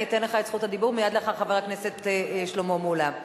אני אתן לך את רשות הדיבור מייד לאחר חבר הכנסת שלמה מולה.